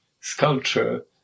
sculpture